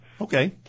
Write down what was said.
Okay